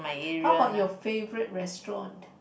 how about your favourite restaurant